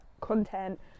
content